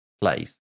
place